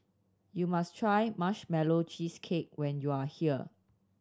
you must try Marshmallow Cheesecake when you are here